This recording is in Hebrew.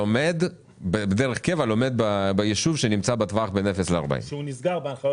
שלומד דרך קבע ביישוב שנמצא בטווח בין 0 ל-40 קילומטר,